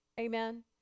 amen